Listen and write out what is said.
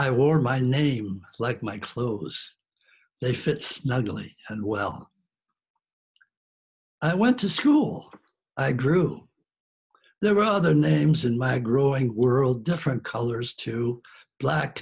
i wore my name like my clothes they fit snugly and well i went to school i grew there were other names in my growing world different colors to black